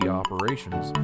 operations